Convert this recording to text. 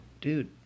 dude